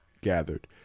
gathered